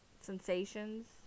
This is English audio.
sensations